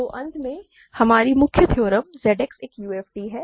तो अंत में हमारी मुख्य थ्योरम Z X एक UFD है